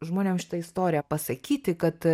žmonėm šitą istoriją pasakyti kad